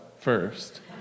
first